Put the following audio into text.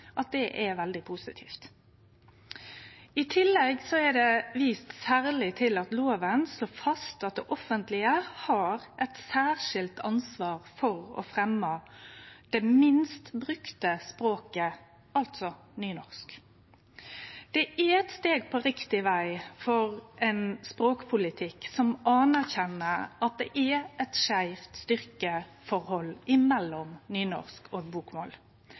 er veldig positivt. I tillegg er det vist særleg til at loven slår fast at det offentlege har eit særskilt ansvar for å fremje det minst brukte språket, altså nynorsk. Det er eit steg på riktig veg for ein språkpolitikk som anerkjenner at det er eit skeivt styrkeforhold mellom nynorsk og bokmål.